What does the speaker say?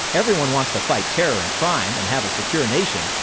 everyone wants to fight terror and crime and have a secure nation.